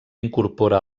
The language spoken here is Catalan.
incorpora